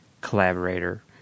collaborator